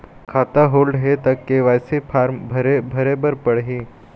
खाता होल्ड हे ता के.वाई.सी फार्म भरे भरे बर पड़ही?